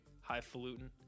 Highfalutin